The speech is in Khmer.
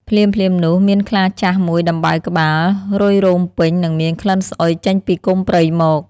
ភ្លាមៗនោះ មានខ្លាចាស់មួយដំបៅក្បាល រុយរោមពេញ និងមានក្លិនស្អុយចេញពីគុម្ពព្រៃមក។